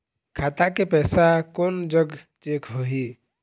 खाता के पैसा कोन जग चेक होही?